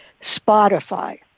Spotify